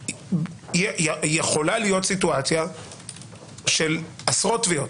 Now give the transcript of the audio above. יכולה להיות סיטואציה של עשרות תביעות.